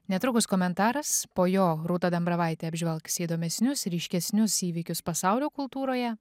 netrukus komentaras po jo rūta dambravaitė apžvelgs įdomesnius ryškesnius įvykius pasaulio kultūroje